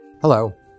Hello